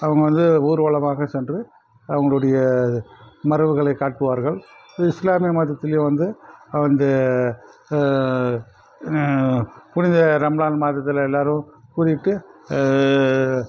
அவங்க வந்து ஊர்வலமாக சென்று அவங்களோடைய மரபுகளை காட்டுவார்கள் இஸ்லாமிய மதத்துலேயும் வந்து வந்து புனித ரம்ஜான் மாதத்தில் எல்லாரும் கூட்டிட்டு